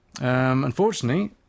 Unfortunately